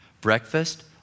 Breakfast